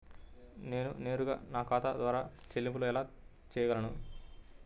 నేను నేరుగా నా ఖాతా ద్వారా చెల్లింపులు ఎలా చేయగలను?